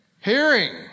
Hearing